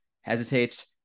hesitates